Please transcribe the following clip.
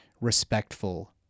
respectful